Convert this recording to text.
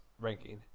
ranking